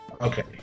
Okay